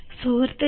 സുഹൃത്തുക്കളെ